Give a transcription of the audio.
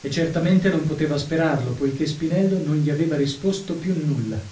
e certamente non poteva sperarlo poichè spinello non gli aveva risposto più nulla